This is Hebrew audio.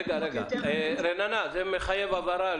זה מחייב הבהרה.